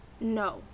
No